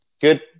good